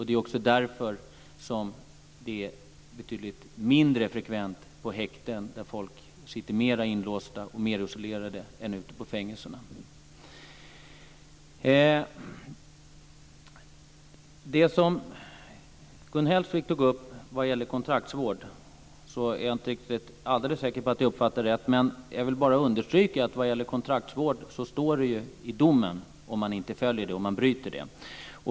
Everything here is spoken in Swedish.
Det är också därför som detta är betydligt mindre frekvent på häkten, där folk sitter mer inlåsta och mer isolerade, än ute på fängelserna. Jag är inte alldeles säker på att jag rätt uppfattade det som Gun Hellsvik tog upp om kontraktsvård. Jag vill bara understryka att vad gäller kontraktsvård står det ju i domen om man bryter den.